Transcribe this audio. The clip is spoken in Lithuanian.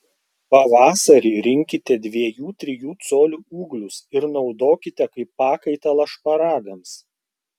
pavasarį rinkite dviejų trijų colių ūglius ir naudokite kaip pakaitalą šparagams